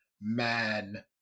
Man